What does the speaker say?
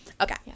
Okay